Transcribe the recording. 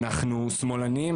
אנחנו שמאלנים,